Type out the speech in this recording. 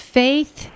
faith